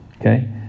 Okay